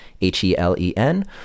H-E-L-E-N